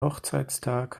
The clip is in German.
hochzeitstag